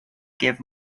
give